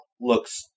looks